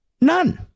None